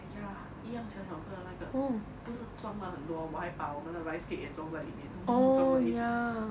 ya 一样小小个的 lor 那个不是装了很多我还把我们的 rice cake 也装进里面通通都放在一起